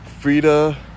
Frida